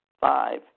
Five